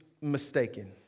mistaken